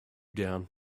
down